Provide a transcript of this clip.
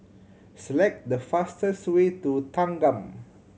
select the fastest way to Thanggam